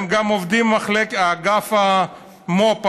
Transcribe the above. גם אגף המו"פ,